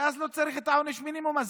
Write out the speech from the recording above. ואז לא צריך את עונש המינימום הזה,